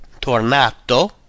tornato